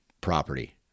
property